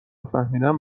فهمیدم